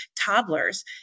toddlers